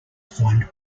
find